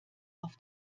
auf